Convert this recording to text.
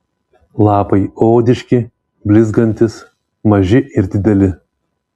lapai odiški blizgantys maži ir dideli